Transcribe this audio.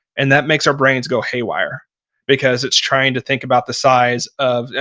and that makes our brains go haywire because it's trying to think about the size of,